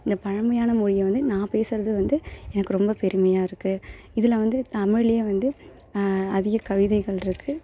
இந்த பழமையான மொழியை வந்து நான் பேசுகிறதும் வந்து எனக்கு ரொம்ப பெருமையாக இருக்குது இதில் வந்து தமிழ்லேயே வந்து அதிக கவிதைகள் இருக்குது